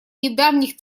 недавних